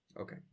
Okay